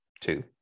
two